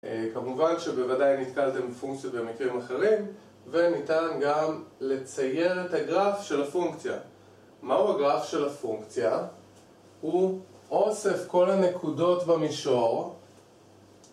כמובן שבוודאי נתקלתם בפונקציה במקרים אחרים, וניתן גם לצייר את הגרף של הפונקציה מהו הגרף של הפונקציה? הוא אוסף כל הנקודות במישור